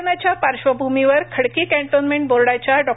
कोरोनाच्या पार्श्वभूमीवर खडकी कॅन्टोन्मेंट बोर्डाच्या डॉ